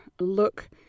look